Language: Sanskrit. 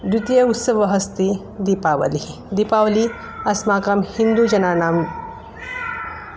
द्वितीय उत्सवः अस्ति दीपावलिः दीपावलिः अस्माकं हिन्दुजनानां